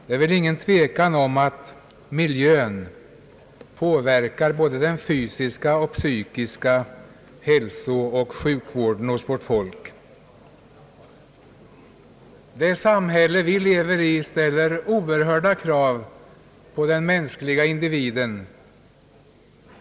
Det är ingen tvekan om att miljön påverkar både det fysiska och psykiska hälsotillståndet i vårt land. Det samhälle vi lever i ställer oerhört stora krav på den mänskliga individen.